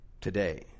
today